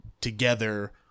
together